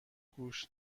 گوشت